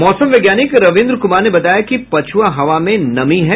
मौसम वैज्ञानिक रविन्द्र कुमार ने बताया कि पछुआ हवा में नमी है